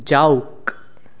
যাওক